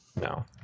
No